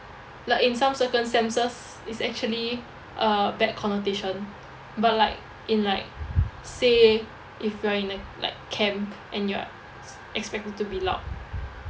like in some circumstances it's actually uh bad connotation but like in like say if you're in a like camp and you're ex~ expected to be loud